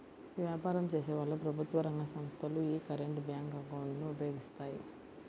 వ్యాపారం చేసేవాళ్ళు, ప్రభుత్వ రంగ సంస్ధలు యీ కరెంట్ బ్యేంకు అకౌంట్ ను ఉపయోగిస్తాయి